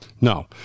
No